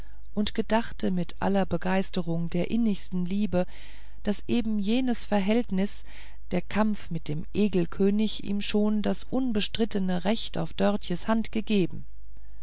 und gedachte mit aller begeisterung der innigsten liebe daß eben jenes verhältnis der kampf mit dem egelkönig ihm schon das unbestrittenste recht auf dörtjes hand gegeben